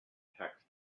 text